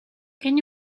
can